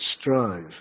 strive